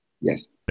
Yes